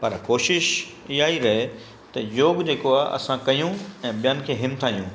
पर कोशिशि इहा ई रहे त योग जेको आहे असां कयूं ऐं ॿियनि खे हिमथायूं